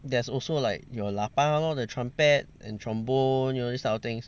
there's also like your 喇叭 lor the trumpet and trombone you know these type of things